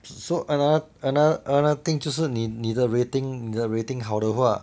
so another another thing 就是就是你的 rating 你的 rating 好的话